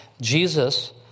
Jesus